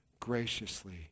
graciously